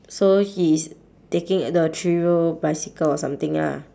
so he's taking the three wheel bicycle or something ah